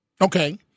Okay